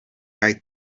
kaj